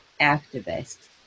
activists